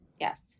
Yes